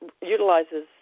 utilizes